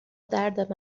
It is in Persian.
درد